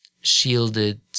shielded